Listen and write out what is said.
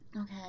okay